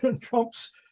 Trump's